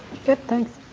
good thanks.